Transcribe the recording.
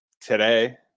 Today